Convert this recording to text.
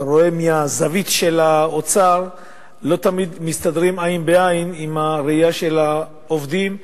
רואה מהזווית של האוצר לא תמיד מסתדרים עין בעין עם הראייה של העובדים,